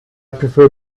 prefer